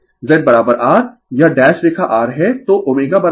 तो Z R यह dash रेखा R है